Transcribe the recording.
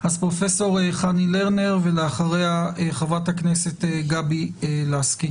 פרופ' חני לרנר, ואחריה חברת הכנסת גבי לסקי.